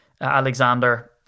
Alexander